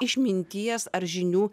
išminties ar žinių